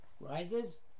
rises